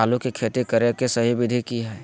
आलू के खेती करें के सही विधि की हय?